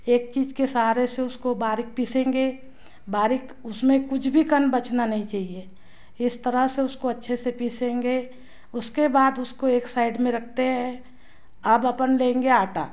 एक चीज़ के सहारे से उसको बारीक पीसेंगे बारीक उसमें कुछ भी कण बचाना नहीं चाहिए इस तरह से उसको अच्छे से पीसेंगे उसके बाद उसको एक साइड में रखते हैं अब अपन लेंगे आटा